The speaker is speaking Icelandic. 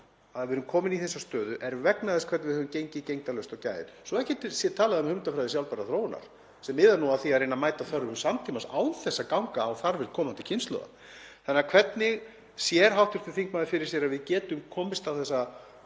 að við erum komin í þessa stöðu er vegna þess hvernig við höfum gengið gegndarlaust á gæðin, svo ekki sé talað um hugmyndafræði sjálfbærrar þróunar sem miðar að því að reyna að mæta þörfum samtímans án þess að ganga á þarfir komandi kynslóða? Hvernig sér hv. þingmaður fyrir sér að við getum komist á þessa